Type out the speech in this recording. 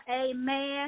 Amen